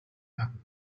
werden